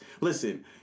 Listen